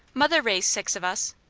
mother raised six of us.